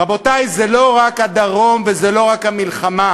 רבותי, זה לא רק הדרום וזה לא רק המלחמה.